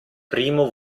primo